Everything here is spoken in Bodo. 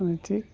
बिदि